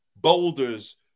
boulders